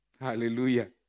Hallelujah